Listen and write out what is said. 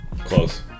Close